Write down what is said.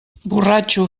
borratxo